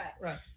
Right